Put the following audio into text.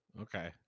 Okay